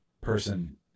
person